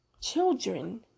children